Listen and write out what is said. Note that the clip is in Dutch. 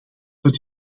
het